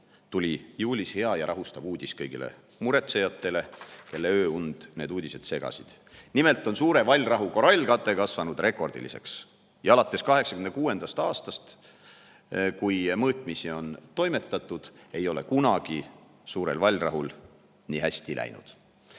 tuli juulis hea ja rahustav uudis kõigile muretsejatele, kelle ööund need uudised segasid. Nimelt on Suure Vallrahu korallkate kasvanud rekordiliseks ja alates 1986. aastast, kui mõõtmisi on [tehtud], ei ole Suurel Vallrahul kunagi nii hästi läinud.